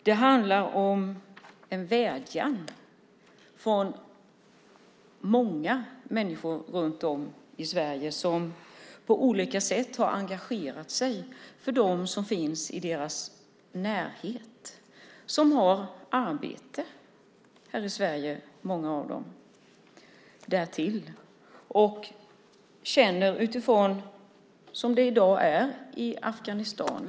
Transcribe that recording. Det handlar om en vädjan från många människor runt om i Sverige som på olika sätt har engagerat sig för dem som finns i deras närhet. Många av dessa har därtill arbete här i Sverige. Människor känner utifrån hur det i dag är i Afghanistan.